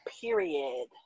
Period